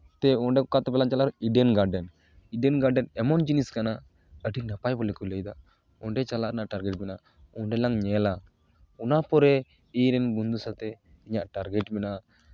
ᱛᱮ ᱚᱸᱰᱮ ᱚᱱᱠᱟᱛᱮ ᱵᱟᱞᱟᱝ ᱪᱟᱞᱟᱣ ᱞᱮᱱ ᱤᱰᱮᱹᱱ ᱜᱟᱨᱰᱮᱹᱱ ᱤᱰᱮᱹᱱ ᱜᱟᱨᱰᱮᱹᱱ ᱮᱢᱚᱱ ᱡᱤᱱᱤᱥ ᱠᱟᱱᱟ ᱟᱹᱰᱤ ᱱᱟᱯᱟᱭ ᱵᱚᱞᱮ ᱠᱚ ᱞᱟᱹᱭᱫᱟ ᱚᱸᱰᱮ ᱪᱟᱞᱟᱜ ᱨᱮᱱᱟᱜ ᱴᱟᱨᱜᱮᱹᱴ ᱢᱮᱱᱟᱜᱼᱟ ᱚᱸᱰᱮ ᱞᱟᱝ ᱧᱮᱞᱼᱟ ᱚᱱᱟ ᱯᱚᱨᱮ ᱤᱧ ᱨᱮᱱ ᱵᱚᱱᱫᱷᱩ ᱥᱟᱛᱮᱜ ᱤᱧᱟᱜ ᱴᱟᱨᱜᱮᱹᱴ ᱢᱮᱱᱟᱜᱼᱟ